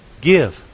Give